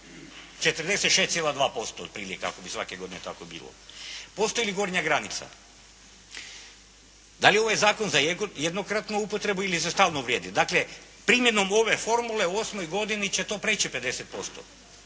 46.2% otprilike ako bi svake godine tako bilo. Postoji li gornja granica. Da li je ovaj zakon za jednokratnu upotrebu ili stalno vrijedi. Dakle, primjenom ove formule u osmoj godini će to priječi 50%.